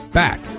back